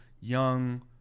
young